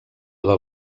del